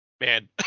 Man